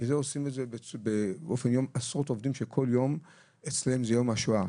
ועושים את זה עשרות עובדים שכל יום אצלם זה יום השואה,